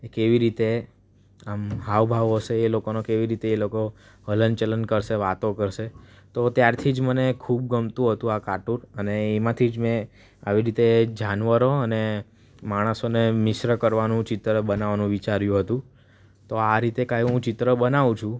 એ કેવી રીતે આમ હાવભાવ હશે એ લોકોનો કેવી રીતે એ લોકો હલન ચલન કરશે વાતો કરશે તો ત્યારથી જ મને ખૂબ ગમતું હતું આ કાર્ટુન અને એમાંથી જ મેં આવી રીતે જાનવરો અને માણસોને મિશ્ર કરવાનું ચિત્ર બનાવવાનું વિચાર્યું હતું તો આ રીતે કાંઇ હું ચિત્રો બનાવું છું